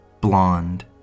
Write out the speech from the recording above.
blonde